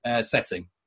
setting